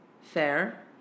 Fair